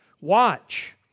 Watch